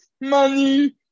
money